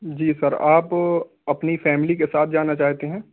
جی sir آپ اپنی family کے ساتھ جانا چاہتے ہیں